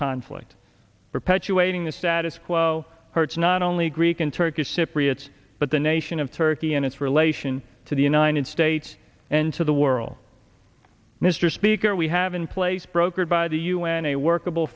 conflict perpetuating the status quo hurts not only greek and turkish cypriots but the nation of turkey and its relation to the united states and to the world mr speaker we have in place brokered by the u n a workable